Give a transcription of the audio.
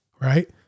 right